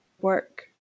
work